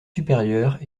supérieures